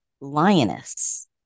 lioness